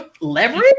Leverage